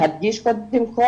להדגיש קודם כל